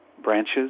branches